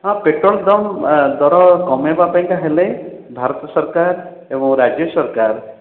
ହଁ ପେଟ୍ରୋଲ୍ ଦାମ୍ ଦର କମେଇବାକୁ ହେଲେ ଭାରତ ସରକାର ଏବଂ ରାଜ୍ୟ ସରକାର